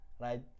right